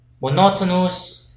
Monotonous